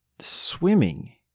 swimming